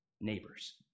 neighbors